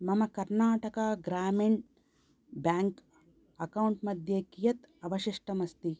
मम Karnataka Grameen bank account मध्ये कियत् अवशिष्टम् अस्ति